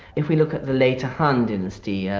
if we look at the later han dynasty, yeah